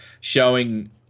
showing